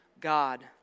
God